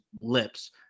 lips